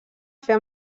fer